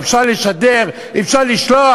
אפשר לשדר, אפשר לשלוח.